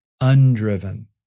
undriven